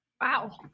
Wow